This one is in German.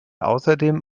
außerdem